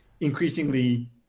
increasingly